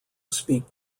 speak